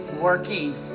working